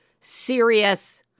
serious